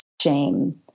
shame